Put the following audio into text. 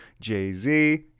Jay-Z